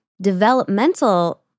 developmental